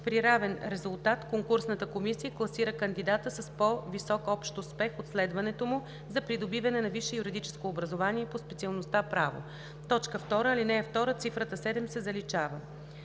„При равен резултат конкурсната комисия класира кандидата с по-висок общ успех от следването му за придобиване на висше юридическо образование по специалността „Право“.“ 2. В ал. 2 цифрата „7“ се заличава.“